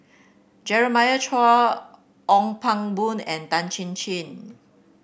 Jeremiah Choy Ong Pang Boon and Tan Chin Chin